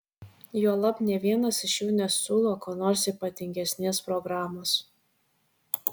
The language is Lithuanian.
juolab nė vienas iš jų nesiūlo kuo nors ypatingesnės programos